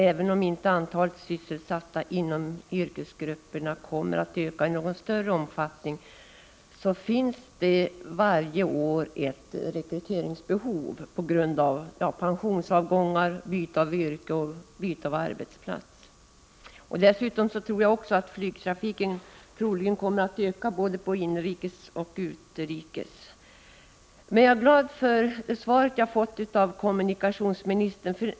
Även om inte antalet sysselsatta inom yrkesgrupperna kommer att öka i någon större omfattning, finns det varje år ett rekryteringsbehov på grund av pensionsavgångar, byte av yrke och byte av arbetsplats. Dessutom kommer flygtrafiken troligen att öka, både inrikes och utrikes. Jag är glad för det svar jag har fått av kommunikationsministern.